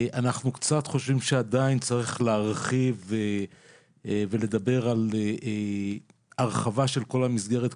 אנחנו קצת חושבים שעדיין צריך להרחיב ולדבר על הרחבה של כל המסגרת,